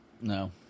No